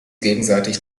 gegenseitig